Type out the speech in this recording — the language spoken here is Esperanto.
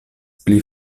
pli